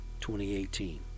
2018